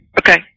Okay